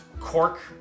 cork